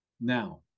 Now